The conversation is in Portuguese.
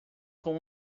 com